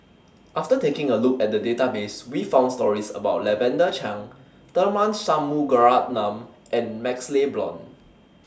after taking A Look At The Database We found stories about Lavender Chang Tharman Shanmugaratnam and MaxLe Blond